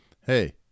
Hey